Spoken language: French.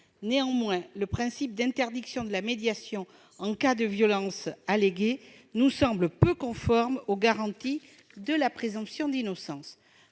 Toutefois, le principe d'interdiction de la médiation en cas de violence alléguée nous semble peu conforme aux garanties de la présomption d'innocence.